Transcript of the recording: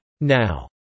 Now